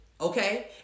okay